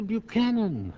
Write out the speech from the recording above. Buchanan